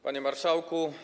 Panie Marszałku!